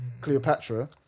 Cleopatra